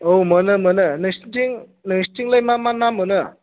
औ मोनो मोनो नोंसिनिथिं नोंसिनिथिंलाय मा मा ना मोनो